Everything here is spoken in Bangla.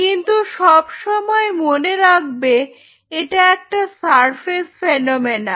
কিন্তু সবসময় মনে রাখবে এটা একটা সারফেস ফেনোমেনন